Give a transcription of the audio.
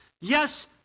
Yes